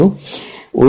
Refer Slide Time 5054